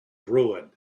ruined